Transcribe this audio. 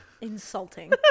insulting